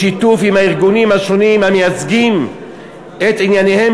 בשיתוף עם הארגונים השונים המייצגים את ענייניהם